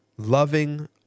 loving